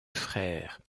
frères